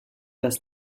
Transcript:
das